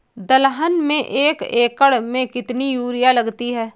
दलहन में एक एकण में कितनी यूरिया लगती है?